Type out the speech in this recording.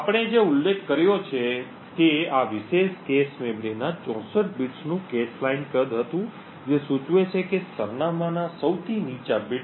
તેથી આપણે જે ઉલ્લેખ કર્યો તે છે કે આ વિશેષ કૅશ મેમરીમાં 64 બિટ્સનું cache લાઇન કદ હતું જે સૂચવે છે કે સરનામાંના સૌથી નીચા બિટ્સ